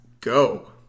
go